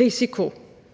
risiko.